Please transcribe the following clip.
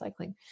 recycling